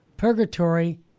Purgatory